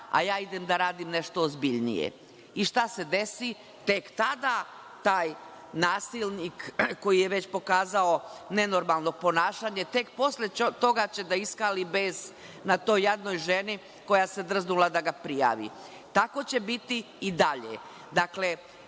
a ja idem da radim nešto ozbiljnije. I šta se desi? Tek tada taj nasilnik koji je već pokazao nenormalno ponašanje, tek posle će toga da iskali bes na toj jadnoj ženi, koja se drznula da ga prijavi. Tako će biti i dalje. Dakle,